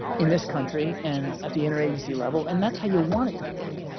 in this country and at the interagency level, and that's how you want it to work.